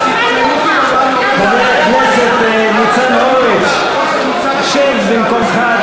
חבר הכנסת ניצן הורוביץ, שב במקומך.